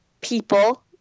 people